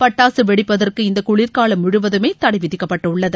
பட்டாசு வெடிப்பதற்கு இந்த குளிர்காலம் முழுவதுமே தடை விதிக்கப்பட்டுள்ளது